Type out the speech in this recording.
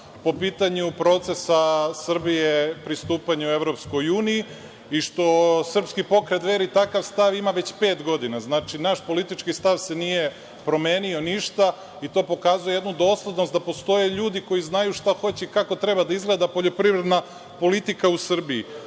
po pitanju procesa Srbije pristupanju EU i što Srpski pokret DVERI takav stav ima već pet godina. Znači, naš politički stav se nije promenio ništa i to pokazuje jednu doslednost da postoje ljudi koji znaju šta hoće i kako treba da izgleda poljoprivredna politika u Srbiji. Mi